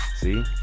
See